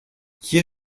hier